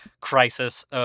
crisis